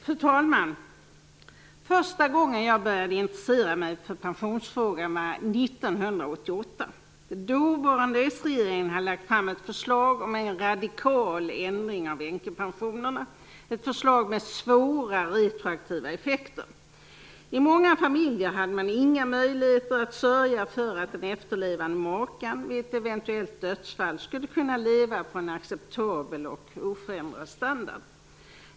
Fru talman! Första gången jag började intressera mig för pensionsfrågorna, 1988, hade dåvarande sregering lagt fram ett förslag om en radikal ändring av änkepensionerna. Förslaget hade svåra retroaktiva effekter. I många familjer hade man inga möjligheter att sörja för att den efterlevande makan vid ett eventuellt dödsfall skulle kunna leva på en acceptabel och oförändrad standard.